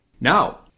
Now